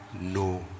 no